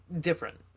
different